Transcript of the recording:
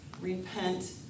Repent